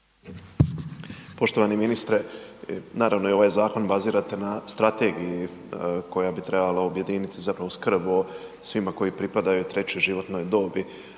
Poštovani ministre, naravno vi ovaj zakon bazirate na strategiji koja bi trebala objediniti zapravo skrb o svima koji pripadaju trećoj životnoj dobi,